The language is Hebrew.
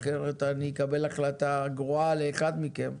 אחרת אני אקבל החלטה גרועה לאחד מכם,